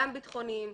גם ביטחוניים,